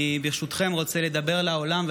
ברשותכם אני רוצה לדבר לעולם,